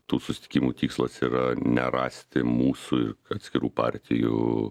tų susitikimų tikslas yra ne rasti mūsų ir atskirų partijų